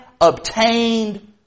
obtained